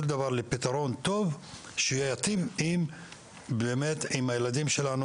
דבר לפתרון טוב שייטיב עם הילדים שלנו.